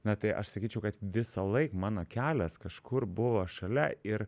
na tai aš sakyčiau kad visąlaik mano kelias kažkur buvo šalia ir